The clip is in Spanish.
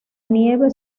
nieve